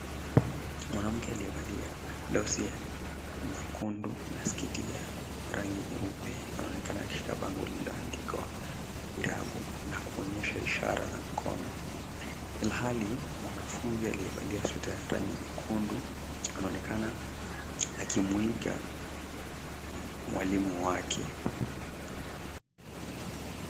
Mwanamke aliyevalia blauzi ya nyekundu na sketi ya rangi nyeupe anaonekana akishika bango lilioandikwa irabu na kuonyesha ishara na mkono ilhali, mwanafunzi aliyevalia sweta nyekundu anaonekana akimwiga mwalimu wake.